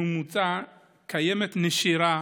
בממוצע קיימת נשירה